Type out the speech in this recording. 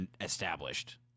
established